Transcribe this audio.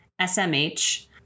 SMH